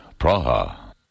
Praha